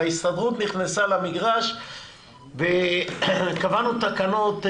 וההסתדרות נכנסה למגרש וקבענו תקנות,